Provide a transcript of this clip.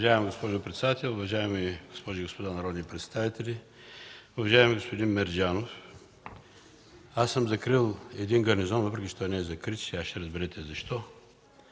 Уважаема госпожо председател, уважаеми госпожи и господа народни представители! Уважаеми господин Мерджанов, аз съм закрил един гарнизон, въпреки че той не е закрит и сега ще разберете защо.